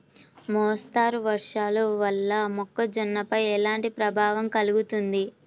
మోస్తరు వర్షాలు వల్ల మొక్కజొన్నపై ఎలాంటి ప్రభావం కలుగుతుంది?